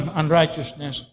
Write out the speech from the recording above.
unrighteousness